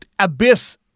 abyss